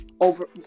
over